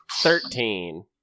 Thirteen